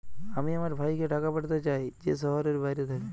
আমি আমার ভাইকে টাকা পাঠাতে চাই যে শহরের বাইরে থাকে